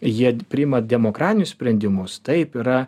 jie priima demokratinius sprendimus taip yra